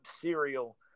cereal